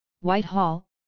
Whitehall